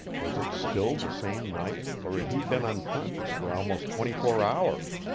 was it still the same night, or had he been unconscious for almost twenty-four hours?